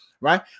right